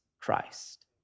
Christ